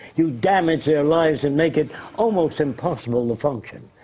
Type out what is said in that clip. you damage their lives and make it almost impossible to function.